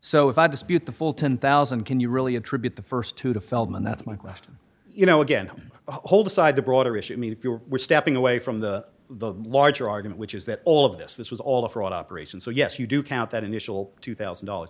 i dispute the fulton one thousand can you really attribute the st two to feldman that's my question you know again hold aside the broader issue i mean if you were stepping away from the the larger argument which is that all of this this was all a fraud operation so yes you do count that initial two thousand dollars